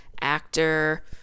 actor